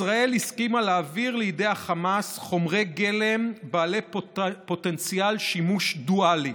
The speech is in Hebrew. ישראל הסכימה להעביר לידי החמאס חומרי גלם בעלי פוטנציאל שימוש דואלי.